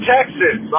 Texas